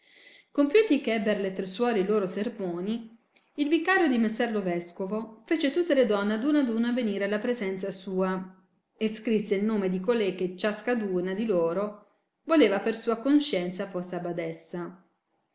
compiuti che ebber le tre suore i loro sermoni il vicario di messer lo vescovo fece tutte le donne ad una ad una venir alla presenza sua e scrisse il nome di colei che ciascaduna di loro voleva per sua conscienza fosse abadessa